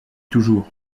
toujours